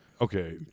Okay